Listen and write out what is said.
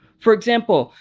for example,